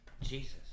Jesus